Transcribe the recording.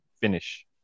finish